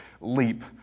leap